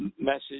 message